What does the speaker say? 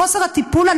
בחוסר הטיפול,